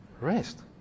Rest